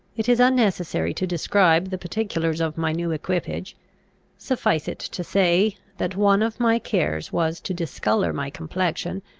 it is unnecessary to describe the particulars of my new equipage suffice it to say, that one of my cares was to discolour my complexion,